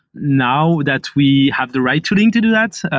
now that we have the right tooling to do that,